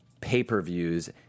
pay-per-views